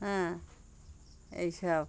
হ্যাঁ এইসব